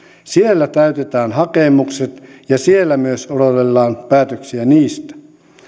siellä täytetään hakemukset ja siellä myös odotellaan päätöksiä niistä